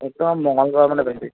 একদম মঙগল গ্ৰহৰ সমানে বেছি